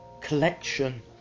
collection